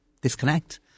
disconnect